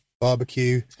barbecue